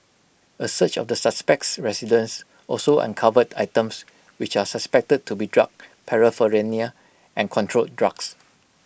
A search of the suspect's residence also uncovered items which are suspected to be drug paraphernalia and controlled drugs